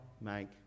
make